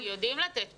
אנחנו יודעים לתת פתרון.